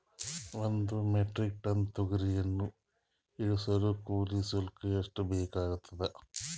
ಒಂದು metric ton ತೊಗರಿಯನ್ನು ಇಳಿಸಲು ಕೂಲಿ ಶುಲ್ಕ ಎಷ್ಟು ಬೇಕಾಗತದಾ?